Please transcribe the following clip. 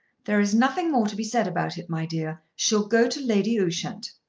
there's nothing more to be said about it, my dear. she'll go to lady ushant.